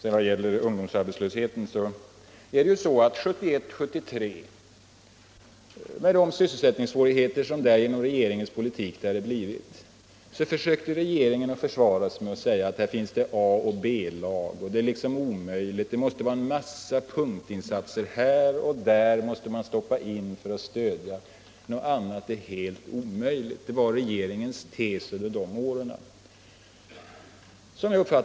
I vad gäller ungdomsarbetslösheten 1971-1973 försökte regeringen, efter de sysselsättningssvårigheter som uppstått genom dess politik, försvara sig med att säga att det fanns ett A-lag och ett B-lag. Man sade också att det måste till punktinsatser både här och där och att något annat var omöjligt. Det var regeringens tes under de åren.